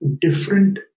different